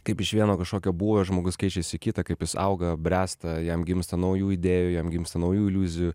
kaip iš vieno kažkokio būvio žmogus keičias į kitą kaip jis auga bręsta jam gimsta naujų idėjų jam gimsta naujų iliuzijų